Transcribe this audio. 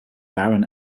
baron